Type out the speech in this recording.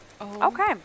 Okay